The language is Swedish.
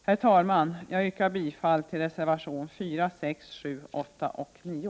Herr talman! Jag yrkar bifall till reservationerna 4, 6, 7, 8 och 9.